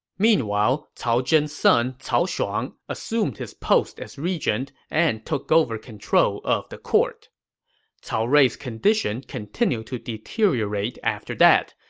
meanwhile, cao zhen's son, cao shuang, assumed his post as regent and took over control of the court cao rui's condition continued to deteriorate after that,